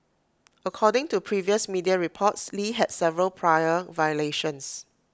according to previous media reports lee had several prior violations